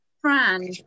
fran